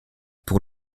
pour